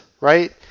right